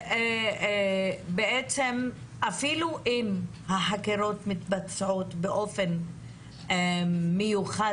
אפילו אם החקירות מתבצעות באופן מיוחד